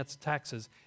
taxes